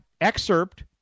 excerpt